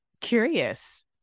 curious